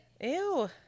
Ew